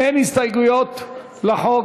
אין הסתייגויות לחוק.